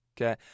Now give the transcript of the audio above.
okay